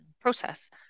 process